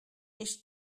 ich